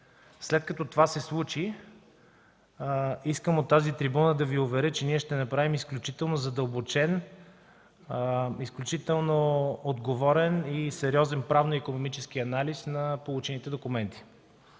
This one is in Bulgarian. След като това се случи, искам от тази трибуна да Ви уверя, че ние ще направим изключително задълбочен, изключително отговорен и сериозен правно-икономически анализ на получените документи.